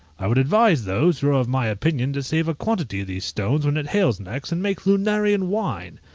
i would advise those who are of my opinion to save a quantity of these stones when it hails next, and make lunarian wine.